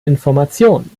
information